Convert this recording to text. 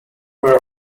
were